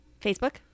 Facebook